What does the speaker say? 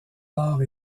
d’art